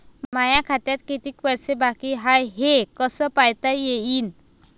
माया खात्यात कितीक पैसे बाकी हाय हे कस पायता येईन?